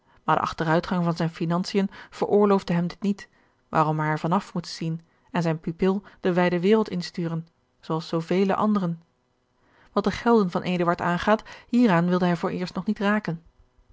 maar de achteruitgang van zijne financiën veroorloofde hem dit niet waarom hij er van moest afzien en zijn pupil de wijde wereld insturen zoo als zoo vele anderen wat de gelden van eduard aangaat hieraan wilde hij vooreerst nog niet raken